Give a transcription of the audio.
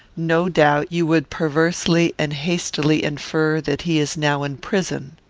no doubt you would perversely and hastily infer that he is now in prison.